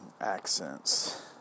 accents